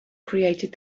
created